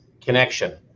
connection